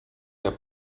der